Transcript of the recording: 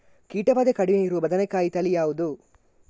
ಕೀಟ ಭಾದೆ ಕಡಿಮೆ ಇರುವ ಬದನೆಕಾಯಿ ತಳಿ ಯಾವುದು?